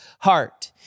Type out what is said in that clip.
heart